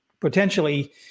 potentially